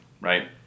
right